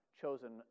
chosen